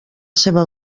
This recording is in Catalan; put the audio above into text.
seva